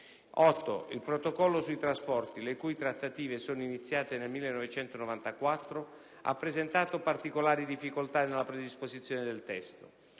8. Il Protocollo sui trasporti, le cui trattative sono iniziate nel 1994, ha presentato particolare difficoltà nella predisposizione del testo,